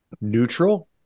Neutral